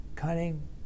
cunning